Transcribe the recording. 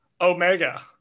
Omega